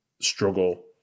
struggle